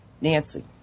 Nancy